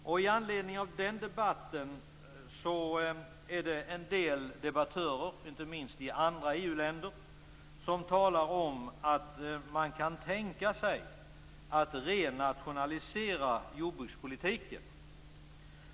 Med anledning av den debatten är det en del debattörer, inte minst i andra EU-länder, som talar om att man kan tänka sig att renationalisera jordbrukspolitiken.